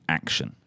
action